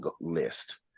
list